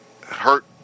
hurt